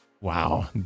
Wow